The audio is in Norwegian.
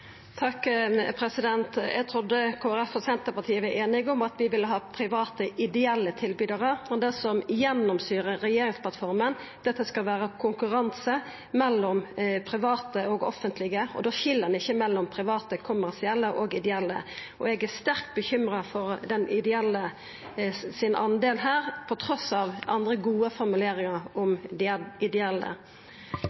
Eg trudde Kristeleg Folkeparti og Senterpartiet var einige om at vi ville ha private ideelle tilbydarar. Det som gjennomsyrer regjeringsplattforma, er at det skal vera konkurranse mellom private og offentlege, og da skil ein ikkje mellom private kommersielle og ideelle. Eg er sterkt bekymra for delen til dei ideelle her, trass i andre gode formuleringar om